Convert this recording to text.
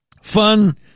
Fun